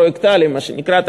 פרויקטליים מה שנקרא,